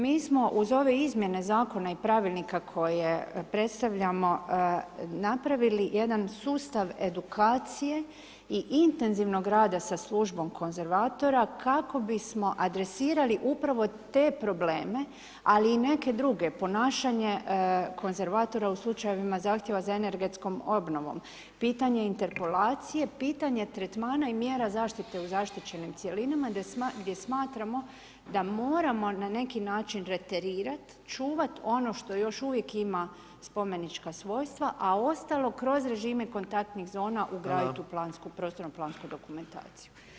Mi smo uz ove izmjene zakona i pravilnika koje predstavljamo napravili jedan sustav edukacije i intenzivnog rada sa službom konzervatora kako bismo adresirali upravo te probleme, ali i neke druge, ponašanje konzervatora u slučajevima zahtjeva za energetskom obnovom, pitanje interpelacije, pitanje tretmana i mjera zaštite u zaštićenim cjelinama gdje smatramo da moramo na neki način reterirat, čuvat ono što još uvijek ima spomenička svojstva, a ostalo kroz režime kontaktnih zona ugradit u plansku dokumentaciju.